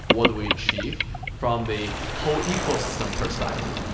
what we achieved from the whole ecosystem perspective.